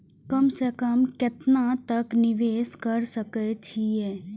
कम से कम केतना तक निवेश कर सके छी ए?